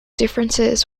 differences